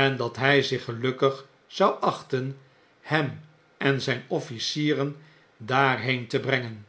en dat hg zicn gelukkig zou achten hem en zgn officieren daarheen te brengen